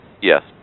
Yes